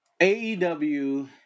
AEW